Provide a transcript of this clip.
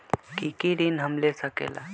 की की ऋण हम ले सकेला?